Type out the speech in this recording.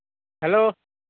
hello